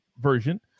version